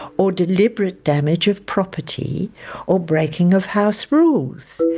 or deliberate damage of property or breaking of house rules.